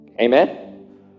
Amen